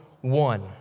one